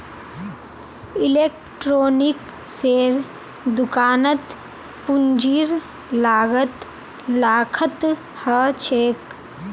इलेक्ट्रॉनिक्सेर दुकानत पूंजीर लागत लाखत ह छेक